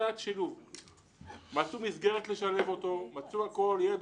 בסייעות שילוב שנותנים לפעוטות עם עיכוב